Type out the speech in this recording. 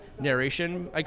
narration